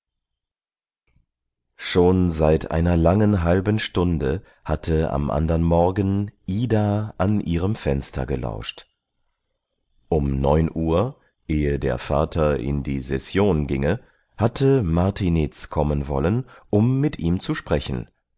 schon seit einer langen halben stunde hatte am andern morgen ida an ihrem fenster gelauscht um neun uhr ehe der vater in die session ginge hatte martiniz kommen wollen um mit ihm zu sprechen